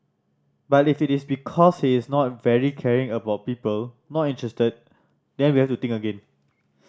but if it is because he is not very caring about people not interested then we have to think again